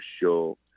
show